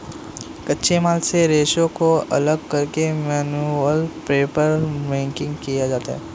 कच्चे माल से रेशों को अलग करके मैनुअल पेपरमेकिंग किया जाता है